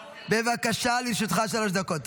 בבקשה, לרשותך שלוש דקות.